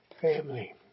family